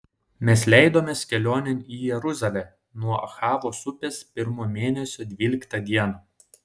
mes leidomės kelionėn į jeruzalę nuo ahavos upės pirmo mėnesio dvyliktą dieną